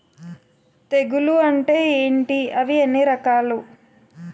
తెగులు అంటే ఏంటి అవి ఎన్ని రకాలు?